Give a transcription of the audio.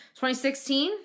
2016